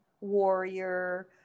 warrior